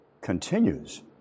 continues